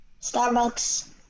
Starbucks